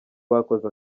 bakoze